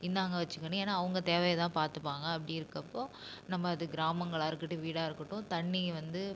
இந்தாங்க வச்சுக்கோன்னு ஏன்னா அவங்க தேவையை தான் பார்த்துப்பாங்க அப்படி இருக்கிறப்போ நம்ம இது கிராமங்களாக இருக்கட்டும் வீடாக இருக்கட்டும் தண்ணி வந்து